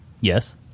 Yes